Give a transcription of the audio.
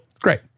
Great